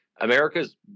America's